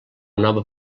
nova